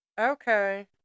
Okay